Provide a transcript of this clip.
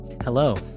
Hello